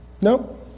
nope